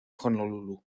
honolulu